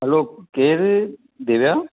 हलो केरु दिव्या